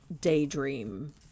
daydream